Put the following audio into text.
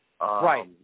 Right